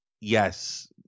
yes